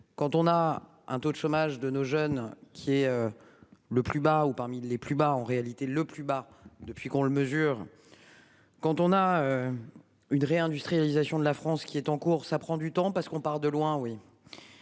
Quand on a un taux de chômage de nos jeunes qui est. Le plus bas ou parmi les plus bas en réalité le plus bas depuis qu'on le mesure. Quand on a. Une réindustrialisation de la France qui est en cours. Ça prend du temps parce qu'on part de loin, oui.